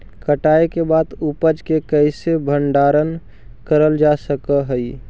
कटाई के बाद उपज के कईसे भंडारण करल जा सक हई?